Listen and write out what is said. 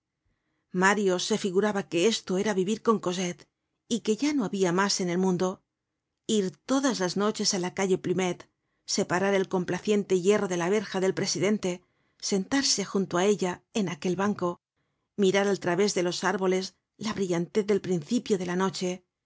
mario se figuraba que esto era vivir con cosette y que ya no habia mas en el mundo ir todas las noches á la calle plumet separar el complaciente hierro de la verja del presidente sentarse junto á ella en aquel banco mirar al través de los árboles la brillantez del principio de la noche